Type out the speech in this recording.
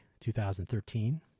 2013